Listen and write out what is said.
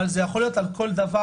אבל זה יכול להיות על כל דבר,